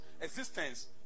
existence